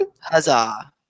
Huzzah